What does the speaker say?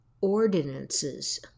ordinances